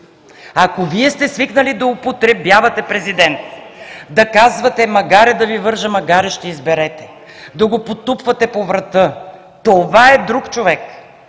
Ако Вие сте свикнали да употребявате президента, да казвате: магаре да Ви вържа, магаре ще изберете, да го потупвате по врата. Това е друг човек.